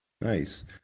Nice